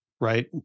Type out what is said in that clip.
right